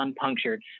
unpunctured